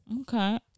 Okay